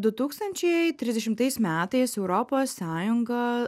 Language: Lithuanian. du tūkstančiai trisdešimtais metais europos sąjunga